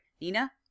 Nina